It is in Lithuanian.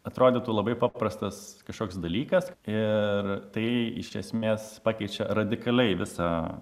atrodytų labai paprastas kažkoks dalykas ir tai iš esmės pakeičia radikaliai visą